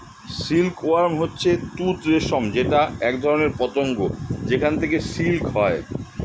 silk worm হচ্ছে তুত রেশম যেটা একধরনের পতঙ্গ যেখান থেকে সিল্ক হয়